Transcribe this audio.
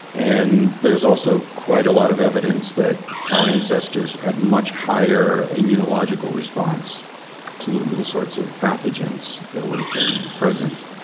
and there's also quite a lot of evidence that our ancestors had much higher immunological response to the sorts of pathogens that would have been present.